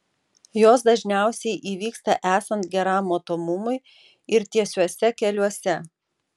jos dažniausiai įvyksta esant geram matomumui ir tiesiuose keliuose